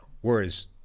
Whereas